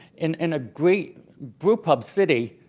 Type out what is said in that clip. in in a great brew pub city,